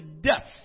dust